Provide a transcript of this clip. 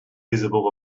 visible